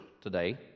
today